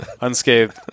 unscathed